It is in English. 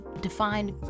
defined